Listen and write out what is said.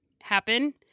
happen